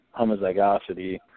homozygosity